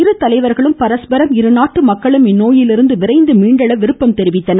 இரு தலைவர்களும் பரஸ்பரம் இருநாட்டு மக்களும் இந்நோயிலிருந்து விரைந்து மீண்டெழ விருப்பம் தெரிவித்தனர்